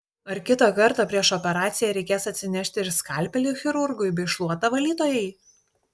ar kitą kartą prieš operaciją reikės atsinešti ir skalpelį chirurgui bei šluotą valytojai